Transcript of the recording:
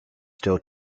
still